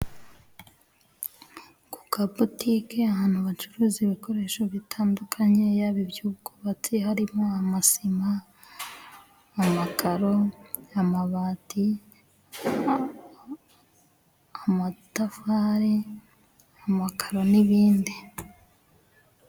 Ku kabutike ahantu bacuruza ibikoresho bitandukanye, yaba iby'ubwubatsi harimo amasima amakaro, amabati, amatafari, amakaro n'ibindi.